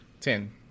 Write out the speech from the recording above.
Ten